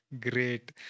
Great